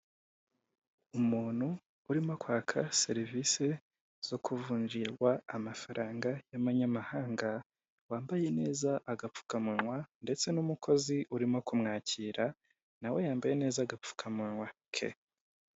Umuntu urimo kwaka serivisi zo kuvunjirwa amafaranga y'abanyamahanga, wambaye neza agapfukamunwa ndetse n'umukozi urimo kumwakira nawe yambaye neza agapfukamunwa ke.